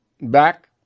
Back